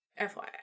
FYI